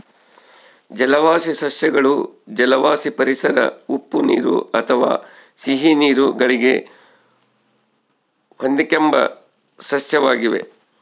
ಜಲವಾಸಿ ಸಸ್ಯಗಳು ಜಲವಾಸಿ ಪರಿಸರ ಉಪ್ಪುನೀರು ಅಥವಾ ಸಿಹಿನೀರು ಗಳಿಗೆ ಹೊಂದಿಕೆಂಬ ಸಸ್ಯವಾಗಿವೆ